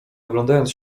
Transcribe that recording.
oglądając